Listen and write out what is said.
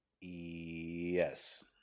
Yes